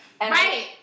Right